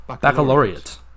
Baccalaureate